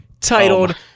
titled